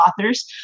authors